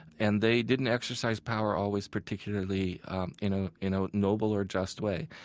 and they didn't exercise power always particularly in ah in a noble or just way.